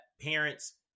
parents